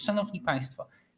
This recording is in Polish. Szanowni Państwo!